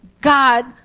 God